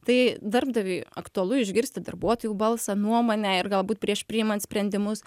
tai darbdaviui aktualu išgirsti darbuotojų balsą nuomonę ir galbūt prieš priimant sprendimus